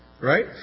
right